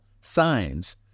signs